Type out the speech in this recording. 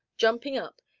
jumping up,